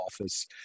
office